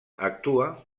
actua